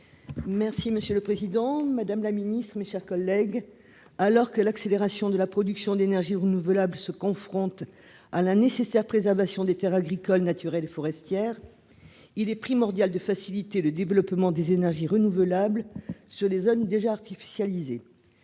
Merci monsieur le Président, Madame la Ministre, mes chers collègues, alors que l'accélération de la production d'énergies renouvelables se confronte à la nécessaire préservation des Terres agricoles naturelles et forestières, il est primordial de facilité de développement des énergies renouvelables, sur les zones déjà artificialiser